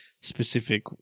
specific